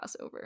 crossover